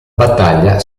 battaglia